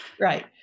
Right